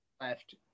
left